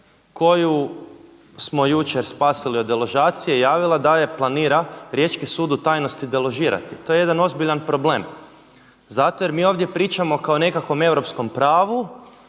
koju smo jučer spasili od deložacije javila da je planira riječki sud u tajnosti deložirati. To je jedan ozbiljan problem, zato jer mi ovdje pričamo kao o nekakvom europskom pravu,